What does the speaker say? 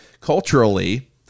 Culturally